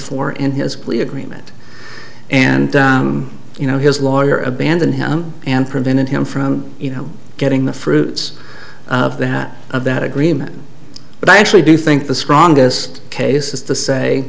for in his plea agreement and you know his lawyer abandoned him and prevented him from you know getting the fruits of that of that agreement but i actually do think the strongest case is to say